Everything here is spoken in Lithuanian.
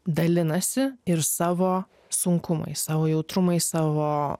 dalinasi ir savo sunkumais savo jautrumais savo